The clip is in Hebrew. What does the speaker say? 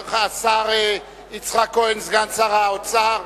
השר יצחק כהן, סגן שר האוצר,